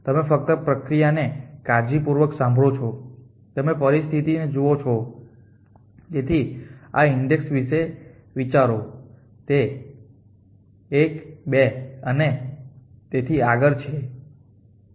તમે ફક્ત પ્રક્રિયાને કાળજીપૂર્વક સાંભળો છો તમે પરિસ્થિતિ જુઓ છો તેથી આ ઈન્ડેક્સ વિશે વિચારો તે 1 2 અને તેથી આગળ છે